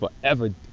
forever